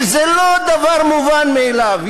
זה לא דבר מובן מאליו.